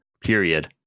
period